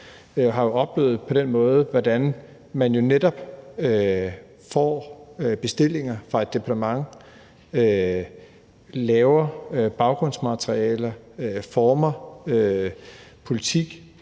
jeg oplevet, hvordan man jo netop får bestillinger fra et departement, laver baggrundsmateriale og former politik